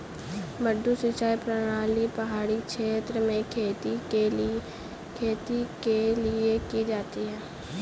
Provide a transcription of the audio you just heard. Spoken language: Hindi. मडडू सिंचाई प्रणाली पहाड़ी क्षेत्र में खेती के लिए की जाती है